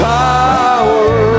power